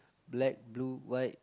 black blue white